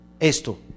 esto